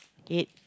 eight